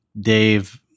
Dave